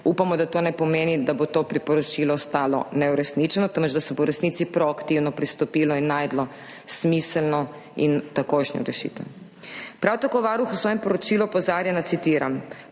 Upamo, da to ne pomeni, da bo to priporočilo ostalo neuresničeno, temveč da se bo v resnici proaktivno pristopilo in našlo smiselno in takojšnjo rešitev. Prav tako Varuh v svojem poročilu opozarja, citiram: